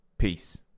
Peace